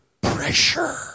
pressure